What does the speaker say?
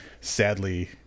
sadly